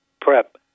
Prep